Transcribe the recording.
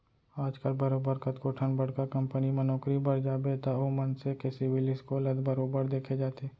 आजकल बरोबर कतको ठन बड़का कंपनी म नौकरी बर जाबे त ओ मनसे के सिविल स्कोर ल बरोबर देखे जाथे